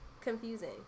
confusing